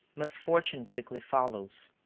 misfortune quickly follows.